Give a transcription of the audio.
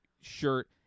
shirt